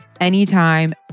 anytime